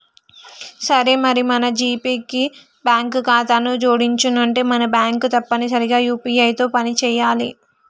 సరే మరి మన జీపే కి బ్యాంకు ఖాతాను జోడించనుంటే మన బ్యాంకు తప్పనిసరిగా యూ.పీ.ఐ తో పని చేయాలి